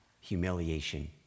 humiliation